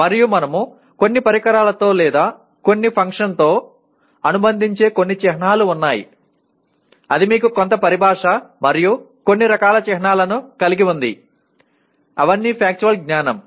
మరియు మనము కొన్ని పరికరాలతో లేదా కొన్ని ఫంక్షన్తో అనుబంధించే కొన్ని చిహ్నాలు ఉన్నాయి అది మీకు కొంత పరిభాష మరియు కొన్ని రకాల చిహ్నాలను కలిగి ఉంది అవన్నీ ఫ్యాక్చువల్ జ్ఞానం